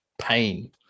pain